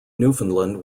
newfoundland